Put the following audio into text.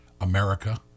America